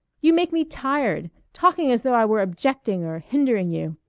you make me tired! talking as though i were objecting or hindering you!